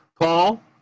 Paul